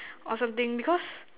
or something because